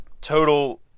total